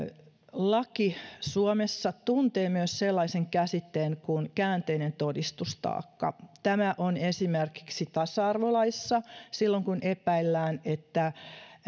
laki suomessa tuntee myös sellaisen käsitteen kuin käänteinen todistustaakka tämä on esimerkiksi tasa arvolaissa silloin kun epäillään että